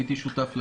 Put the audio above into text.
והייתי שותף לדיון.